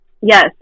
yes